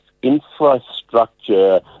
infrastructure